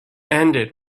ended